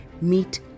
meet